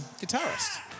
guitarist